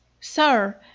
Sir